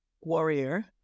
warrior